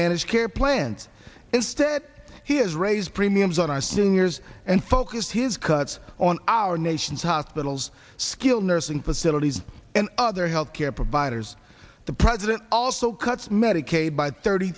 managed care plan instead he is raise premiums on our seniors and focus his cuts on our nation's hospitals skilled nursing facilities and other health care providers the president also cuts medicaid by thirty